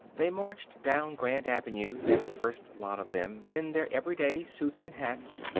they marched down grand avenue, that first lot of them, in their everyday suits and hats,